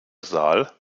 saal